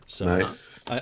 Nice